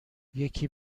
یکی